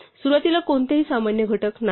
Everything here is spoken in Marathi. सुरुवातीला कोणतेही सामान्य घटक नाहीत